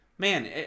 Man